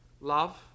love